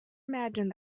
imagined